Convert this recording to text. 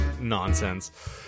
nonsense